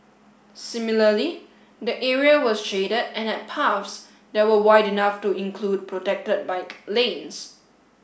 similarly the area was shaded and had paths that were wide enough to include protected bike lanes